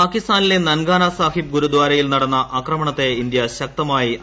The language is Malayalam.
പാകിസ്ഥാനിലെ നൻകാന സാഹിബ് ഗുരുദാരയിൽ നടന്ന ആക്രമണത്തെ ഇന്ത്യ ശക്തമായി അപലപിച്ചു